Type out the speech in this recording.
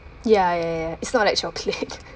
ya ya ya it's not like chocolate